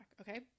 Okay